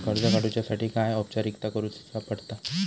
कर्ज काडुच्यासाठी काय औपचारिकता करुचा पडता?